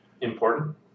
Important